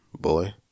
Boy